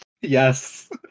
Yes